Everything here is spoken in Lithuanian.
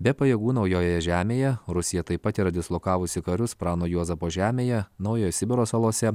be pajėgų naujojoje žemėje rusija taip pat yra dislokavusi karius prano juozapo žemėje naujojo sibiro salose